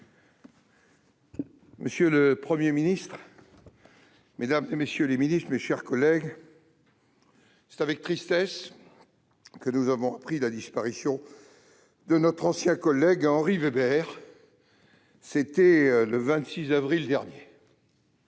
Monsieur le Premier ministre, mesdames, messieurs les ministres, mes chers collègues, c'est avec tristesse que nous avons appris la disparition de notre ancien collègue Henri Weber le 26 avril dernier.